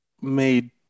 made